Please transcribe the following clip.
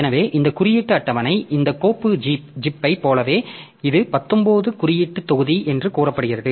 எனவே இந்த குறியீட்டு அட்டவணை இந்த கோப்பு ஜீப்பைப் போலவே இது 19 குறியீட்டுத் தொகுதி என்று கூறப்பட்டுள்ளது